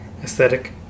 aesthetic